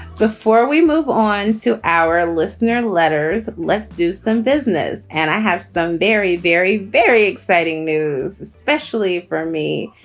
before we move on to our listener letters, let's do some business. and i have some very, very, very exciting news, especially for me.